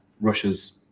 Russia's